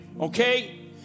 okay